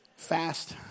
fast